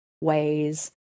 ways